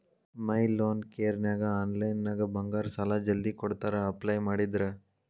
ಮೈ loan ಕೇರನ್ಯಾಗ ಆನ್ಲೈನ್ನ್ಯಾಗ ಬಂಗಾರ ಸಾಲಾ ಜಲ್ದಿ ಕೊಡ್ತಾರಾ ಅಪ್ಲೈ ಮಾಡಿದ್ರ